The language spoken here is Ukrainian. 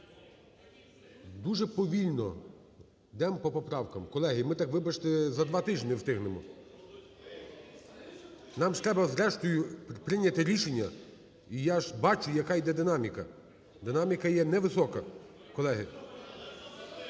Дуже повільно йдемо по поправкам. Колеги, ми так, вибачте, за два тижні не встигнемо. Нам ще треба, зрештою, прийняти рішення. І ж бачу, яка йде динаміка. Динаміка є невисока, колеги.